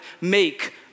make